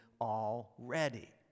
already